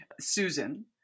Susan